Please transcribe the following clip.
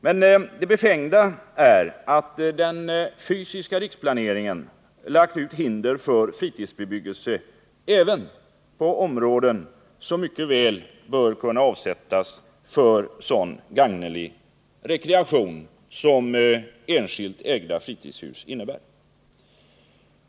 Men det befängda är att den fysiska riksplaneringen har lagt hinder i vägen för fritidsbebyggelse även i områden som mycket väl bör kunna avsättas för sådan gagnelig rekreation som enskilt ägda fritidshus innebär.